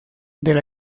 del